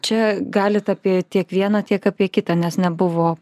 čia galit apie tiek vieną tiek apie kitą nes nebuvo